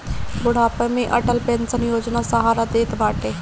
बुढ़ापा में अटल पेंशन योजना सहारा देत बाटे